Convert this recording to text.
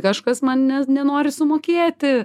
kažkas man ne nenori sumokėti